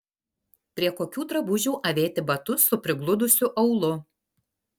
prie kokių drabužių avėti batus su prigludusiu aulu